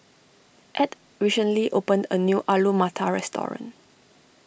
Edd recently opened a new Alu Matar restoring